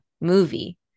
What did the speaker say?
movie